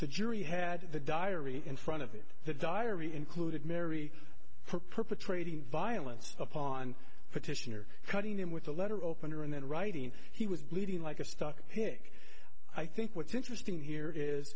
the jury had the diary in front of it the diary included mary perpetrating violence upon petitioner cutting them with a letter opener and then writing he was bleeding like a stuck pig i think what's interesting here is